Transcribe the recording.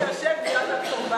"האיש שיושב ליד ד"ר בדר"